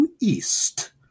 East